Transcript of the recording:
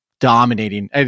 dominating